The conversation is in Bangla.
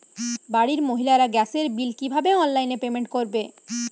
বাড়ির মহিলারা গ্যাসের বিল কি ভাবে অনলাইন পেমেন্ট করবে?